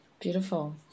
Beautiful